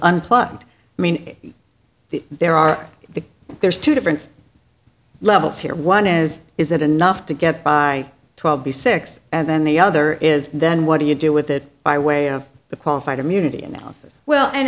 unplugged i mean there are the there's two different levels here one is is that enough to get by twelve b six and then the other is then what do you do with it by way of the qualified immunity analysis well and